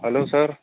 hello sir